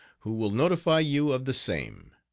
who will notify you of the same.